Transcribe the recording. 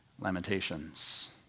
Lamentations